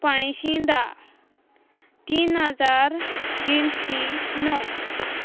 पांचशीं धा तीन हजार तिनशीं णव